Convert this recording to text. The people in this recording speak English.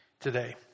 today